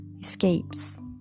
escapes